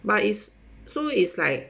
but it's so it's like